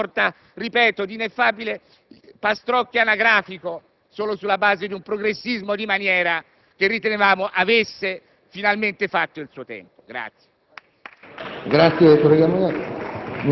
invece di costruire una sorta di ineffabile pastrocchio anagrafico solo sulla base di un progressismo di maniera che ritenevamo avesse finalmente fatto il suo tempo.